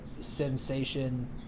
sensation